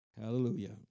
Hallelujah